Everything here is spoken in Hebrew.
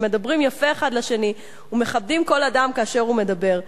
שמדברים יפה אחד לשני ומכבדים כל אדם כאשר הוא מדבר.